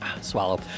Swallow